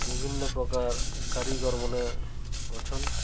ବିଭିନ୍ନପ୍ରକାର କାରିଗର୍ମନେ ଅଛନ୍